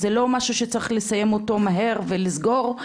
זה לא משהו שצריך לסיים אותו מהר ולסגור,